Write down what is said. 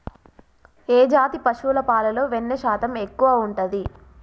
ఏ జాతి పశువుల పాలలో వెన్నె శాతం ఎక్కువ ఉంటది?